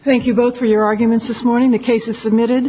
thank you both for your arguments this morning the case is submitted